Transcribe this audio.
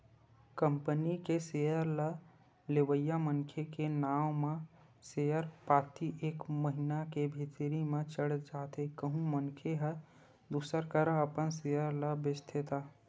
company के share ल लेवइया मनखे के नांव म सेयर पाती एक महिना के भीतरी म चढ़ जाथे कहूं मनखे ह दूसर करा अपन सेयर ल बेंचथे त